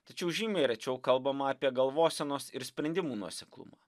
tačiau žymiai rečiau kalbama apie galvosenos ir sprendimų nuoseklumą